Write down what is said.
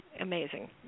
amazing